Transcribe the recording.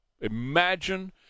Imagine